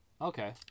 Okay